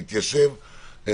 מתיישב,